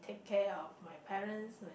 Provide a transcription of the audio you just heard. care of my parents when